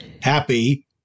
happy